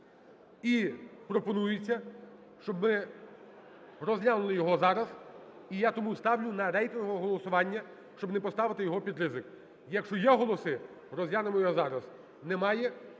І пропонується, щоб ми розглянули його зараз. І я тому ставлю на рейтингове голосування, щоб не поставити його під ризик. Якщо є голоси - розглянемо його зараз, немає